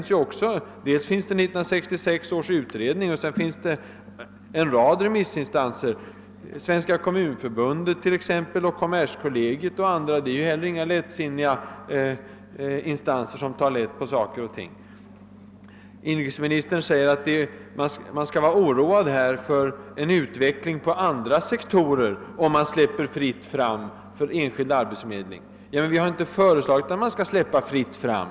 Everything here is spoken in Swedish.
Vår uppfattning delas av 1966 års utredning liksom av en rad remissinstanser, Svenska kommunförbundet och kommerskollegium m.fl. är inte heller de som tar lätt på frågor som dessa. Inrikesministern säger att det finns anledning att vara oroad för att en liknande verksamhet skulle utvecklas inom andra sektorer om man släppte fritt fram för enskild arbetsförmedling. Men vi har inte föreslagit att man skall släppa fritt fram.